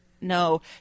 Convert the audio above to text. No